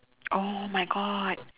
oh my god